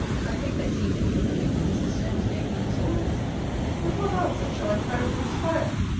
i think they seemed to be moving when mr. solmes gave me his orders but what answer shall i carry to the squire?